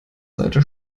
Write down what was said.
seite